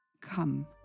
Come